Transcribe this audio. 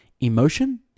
Emotion